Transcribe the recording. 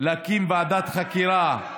להקים ועדת חקירה,